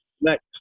Next